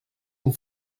une